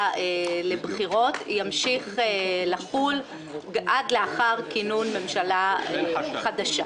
לבחירות ימשיך לחול עד לאחר כינון ממשלה חדשה.